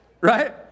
Right